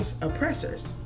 oppressors